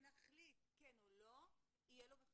ונחליט כן או לא יהיה לו מחיר.